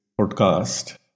podcast